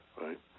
Right